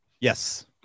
Yes